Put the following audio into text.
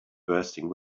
bursting